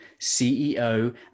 CEO